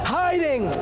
hiding